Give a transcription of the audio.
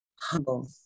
humble